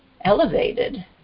elevated